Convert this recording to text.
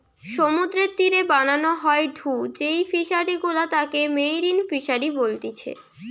সমুদ্রের তীরে বানানো হয়ঢু যেই ফিশারি গুলা তাকে মেরিন ফিসারী বলতিচ্ছে